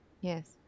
Yes